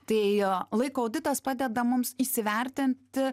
tai laiko auditas padeda mums įsivertint